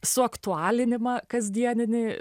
suaktualinimą kasdieninį